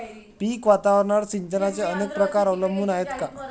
पीक वातावरणावर सिंचनाचे अनेक प्रकार अवलंबून आहेत का?